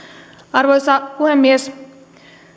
arvoisa puhemies